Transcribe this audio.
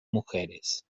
mujeres